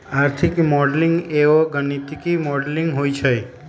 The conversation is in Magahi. आर्थिक मॉडलिंग एगो गणितीक मॉडलिंग होइ छइ